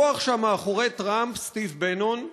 הכוח שמאחורי טראמפ, סטיב באנון,